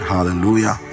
Hallelujah